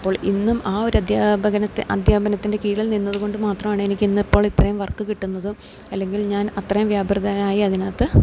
അപ്പോൾ ഇന്നും ആ ഒരു അദ്ധ്യാപകനത്തെ അദ്ധ്യാപനത്തിൻ്റെ കീഴിൽ നിന്നത് കൊണ്ട് മാത്രമാണ് എനിക്ക് ഇന്ന് ഇപ്പോൾ ഇത്രേം വർക്ക് കിട്ടുന്നതും അല്ലെങ്കിൽ ഞാൻ അത്രേം വ്യാപൃതനായി അതിനകത്ത്